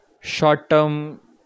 short-term